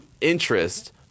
interest